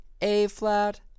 A-flat